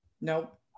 Nope